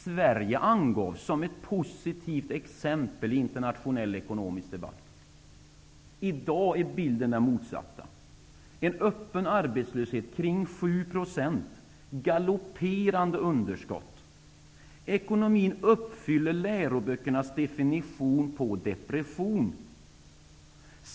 Sverige angavs som ett positivt exempel i internationell ekonomisk debatt. I dag är bilden den motsatta med en öppen arbetslöshet kring 7 % och galopperande underskott. Ekonomin uppfyller läroböckernas definition på depression.